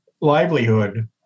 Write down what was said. livelihood